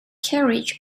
carriage